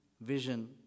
vision